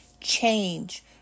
change